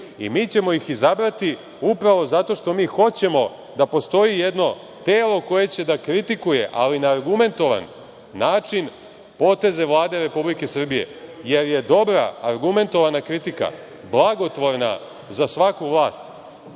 i mi ćemo ih izabrati upravo zato što mi hoćemo da postoji jedno telo koje će da kritikuje, ali na argumentovan način poteze Vlade Republike Srbije, jer je dobra, argumentovana kritika blagotvorna za svaku vlast. Dakle,